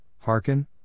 hearken